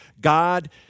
God